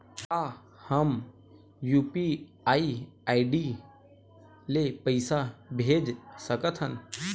का हम UPI ID ले पईसा भेज सकथन?